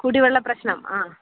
കുടിവെള്ള പ്രശ്നം ആ